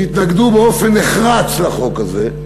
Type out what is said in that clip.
שהתנגדו באופן נחרץ לחוק הזה,